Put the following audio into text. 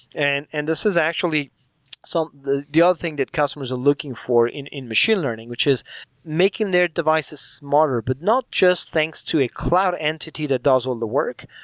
and and this is actually so the the other thing that customers are looking for in in machine learning which is making their devices smarter, but not just thanks to a cloud entity that does all the work,